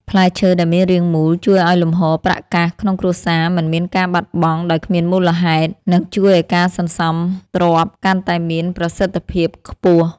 ផ្លែឈើដែលមានរាងមូលជួយឱ្យលំហូរប្រាក់កាសក្នុងគ្រួសារមិនមានការបាត់បង់ដោយគ្មានមូលហេតុ និង ជួយឱ្យការសន្សំទ្រព្យកាន់តែមានប្រសិទ្ធភាពខ្ពស់។